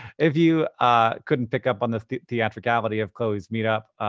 if you ah couldn't pick up on the the theatricality of chloe's meetup,